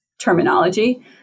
terminology